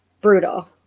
brutal